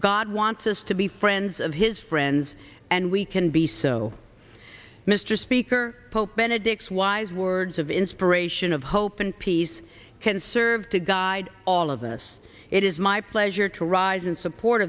god wants us to be friends of his friends and we can be so mr speaker pope benedict's wise words of inspiration of hope and peace can serve to guide all of us it is my pleasure to rise in support